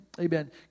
Amen